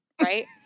right